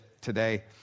today